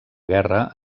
guerra